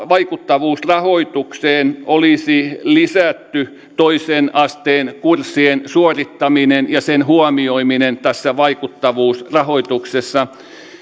vaikuttavuusrahoitukseen olisi lisätty toisen asteen kurssien suorittaminen ja sen huomioiminen tässä vaikuttavuusrahoituksessa